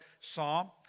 psalm